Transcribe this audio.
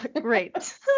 Great